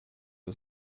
der